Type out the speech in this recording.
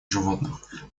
животных